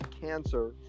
cancer